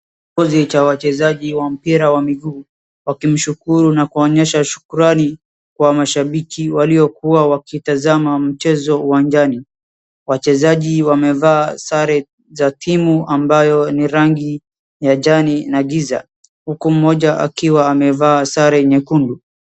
Kikosi cha wachezaji wa mpira wa miguu wakimshukuru na kuonyesha shukrani kwa mashabiki waliokuwa wakitazama mchezo uwanjani. Wachezaji wamevaa sare za timu ambayo ni rangi ya njani na giza huku mmoja akiwa amevaa sare nyekundu.